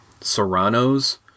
Serrano's